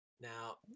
Now